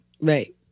Right